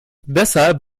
deshalb